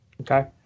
Okay